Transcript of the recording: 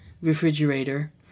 refrigerator